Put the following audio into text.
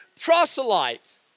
proselyte